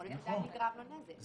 יכול להיות שהיה נגרם לו נזק.